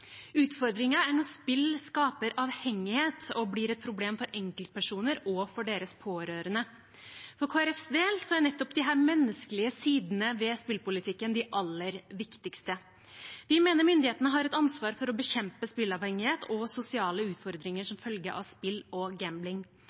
er når spill skaper avhengighet og blir et problem for enkeltpersoner og deres pårørende. For Kristelig Folkepartis del er nettopp disse menneskelige sidene ved spillpolitikken det aller viktigste. Vi mener myndighetene har et ansvar for å bekjempe spilleavhengighet og sosiale utfordringer som følger av spill og